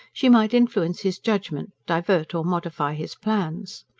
she might influence his judgment, divert or modify his plans.